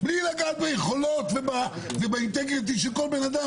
בלי לגעת ביכולות וביושרה של כל אדם.